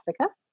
Africa